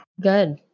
Good